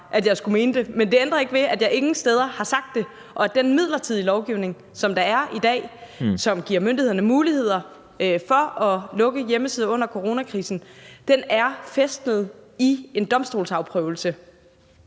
at jeg skulle mene det, men det ændrer ikke ved, at jeg ingen steder har sagt det, og at den midlertidige lovgivning, som der er i dag, og som giver myndighederne mulighed for at lukke hjemmesider under coronakrisen, er fæstet i en domstolsprøvelse.